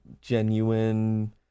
genuine